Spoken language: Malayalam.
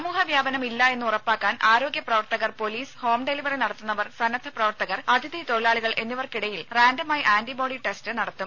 സമൂഹവ്യാപനം ഇല്ല എന്ന് ഉറപ്പാക്കാൻ ആരോഗ്യപ്രവർത്തകർ പൊലീസ് ഹോം ഡെലിവറി നടത്തുന്നവർ സന്നദ്ധ പ്രവർത്തകർ അതിഥി തൊഴിലാളികൾ എന്നിവർക്കിടയിൽ റാൻഡമായി ആന്റിബോഡി ടെസ്റ്റ് നടത്തും